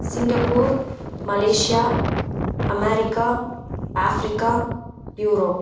Singapore Malaysia America Africa Europe